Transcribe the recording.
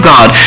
God